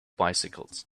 bicycles